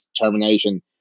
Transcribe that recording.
determination